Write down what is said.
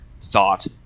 thought